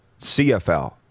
CFL